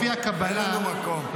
לפי הקבלה,